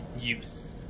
use